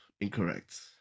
incorrect